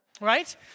Right